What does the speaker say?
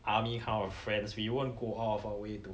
army kind of friends we won't go out of our way to